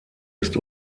ist